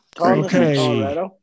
Okay